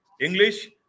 English